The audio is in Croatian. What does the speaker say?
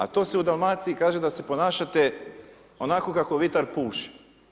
A to se u Dalmaciji kaže da se ponašate onako kako vitar puše.